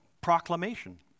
proclamation